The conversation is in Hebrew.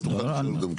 אז תוכל לשאול גם כן.